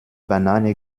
banane